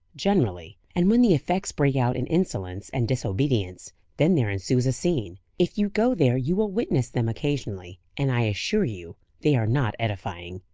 generally and when the effects break out in insolence and disobedience, then there ensues a scene. if you go there you will witness them occasionally, and i assure you they are not edifying.